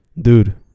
Dude